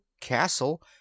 castle